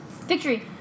Victory